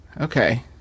Okay